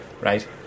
right